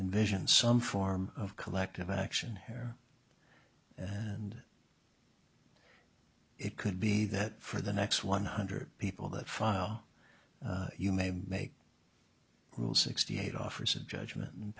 invision some form of collective action here and it could be that for the next one hundred people that file you may make group sixty eight offers a judgment and